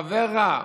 חבר רע,